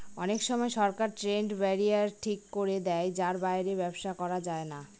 অনেক সময় সরকার ট্রেড ব্যারিয়ার ঠিক করে দেয় যার বাইরে ব্যবসা করা যায় না